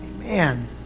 Amen